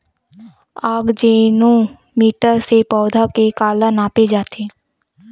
आकजेनो मीटर से पौधा के काला नापे जाथे?